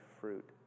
fruit